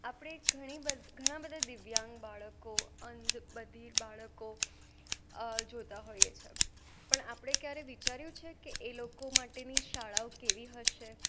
આપણે ઘણી ઘણા બધા દિવ્યાંગ બાળકો અંધ બધીર બાળકો જોતાં હોઈએ છે પણ આપણે ક્યારે વિચાર્યું છે કે એ લોકો માટેની શાળાઓ કેવી હશે